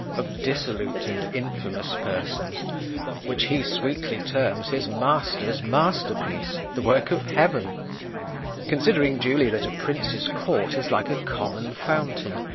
of dissolute and infamous persons which he sweetly terms his master's master-piece, the work of heaven considering duly that a prince's court is like a common fountain,